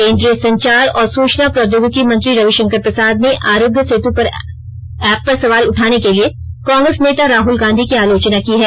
केन्द्रीय संचार और सूचना प्रौद्योगिकी मंत्री रविशंकर प्रसाद ने आरोग्य सेतु ऐप पर सवाल उठाने के लिए कांग्रेस नेता राहुल गांधी की आलोचना की है